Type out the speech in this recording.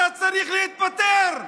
אתה צריך להתפטר,